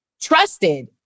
trusted